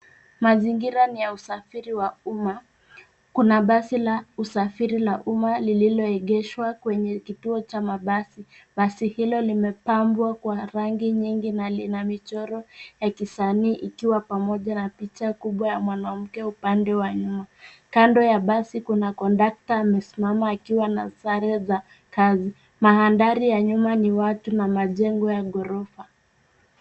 Mazingira ni ya usafiri wa umma. Kuna basi la usafiri la umma lililoegeshwa kwenye kituo cha mabasi. Basi hilo limepambwa kwa rangi nyingi na lina michoro ya kisanii, ikiwa pamoja na picha kubwa ya mwanamke upande wa nyuma. Kando ya basi kuna kondakta amesimama akiwa na sare za kazi. Mandhari ya nyuma ni watu na majengo ya ghorofa.